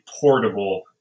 portable